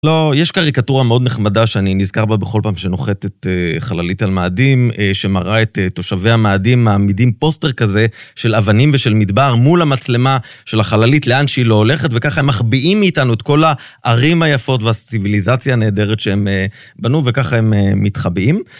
לא, יש קריקטורה מאוד נחמדה שאני נזכר בה בכל פעם שנוחתת חללית על מאדים, שמראה את תושבי המאדים מעמידים פוסטר כזה של אבנים ושל מדבר מול המצלמה של החללית, לאן שהיא לא הולכת, וככה הם מחביאים מאיתנו את כל הערים היפות והציוויליזציה הנהדרת שהם בנו, וככה הם מתחבאים.